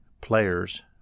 players